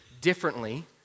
differently